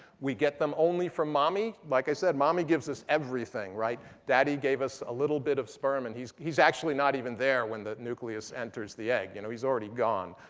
we get them only from mommy. like i said, mommy gives us everything. daddy gave us a little bit of sperm and he's he's actually not even there when the nucleus enters the egg. you know he's already gone.